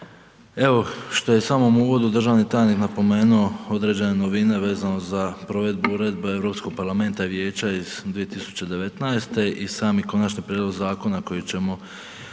Evo što je u samom uvodu državni tajnik napomenuo određene novine vezano za provedbu Uredbe Europskog parlamenta i Vijeća iz 2019. i sami konačni prijedlog zakona koji ćemo ovdje